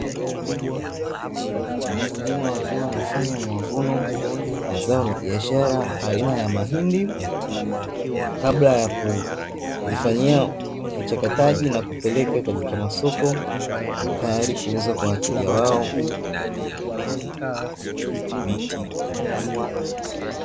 Wakulima wakiwa wanafanya mavuno la zao ya biashara aina ya mahindi, kabla ya kuzifanyia uchakataji na kupeleka katika masoko, tayari kuuza kwa wateja wao.